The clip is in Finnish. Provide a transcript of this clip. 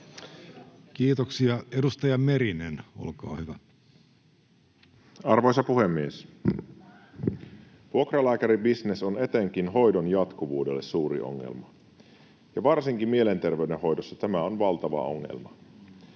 Time: 16:10 Content: Arvoisa puhemies! Vuokralääkäribisnes on etenkin hoidon jatkuvuudelle suuri ongelma. Varsinkin mielenterveyden hoidossa tämä on valtava ongelma.